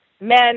men